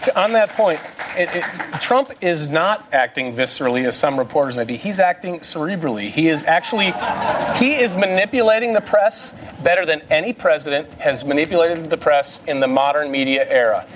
on that point trump is not acting viscerally, as some reporters may be. he's acting cerebrally. he is actually he is manipulating the press better than any president has manipulated the press in the modern media era.